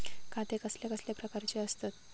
खाते कसल्या कसल्या प्रकारची असतत?